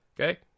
Okay